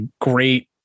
great